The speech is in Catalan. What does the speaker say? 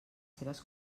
seves